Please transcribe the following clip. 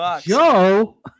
Joe